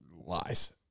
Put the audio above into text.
Lies